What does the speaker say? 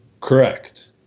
Correct